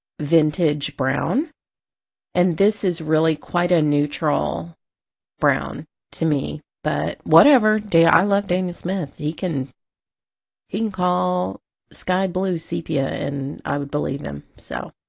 vintage brown and this is really quite a neutral brown to me but whatever! i love daniel smith he can he can call sky-blue sepia and i would believe him, so